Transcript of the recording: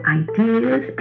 ideas